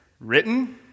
Written